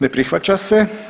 Ne prihvaća se.